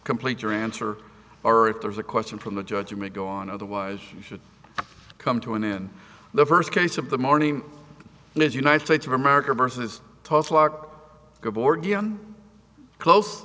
complete your answer or if there's a question from the judge you may go on otherwise you should come to an end the first case of the morning and as united states of america versus